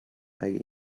اگه